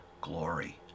glory